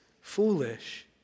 foolish